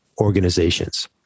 organizations